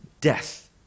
Death